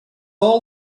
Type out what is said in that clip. all